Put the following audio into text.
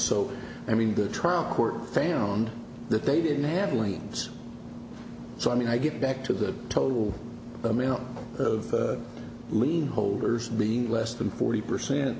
so i mean the trial court found that they didn't have lanes so i mean i get back to the total amount of lien holders being less than forty percent